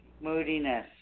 Moodiness